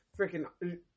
freaking